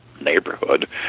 neighborhood